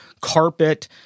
carpet